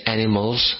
animals